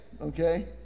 Okay